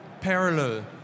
parallel